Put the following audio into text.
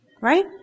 Right